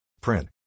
Print